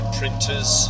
printers